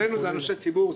עלינו זה אנשי ציבור,